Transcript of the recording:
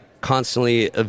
constantly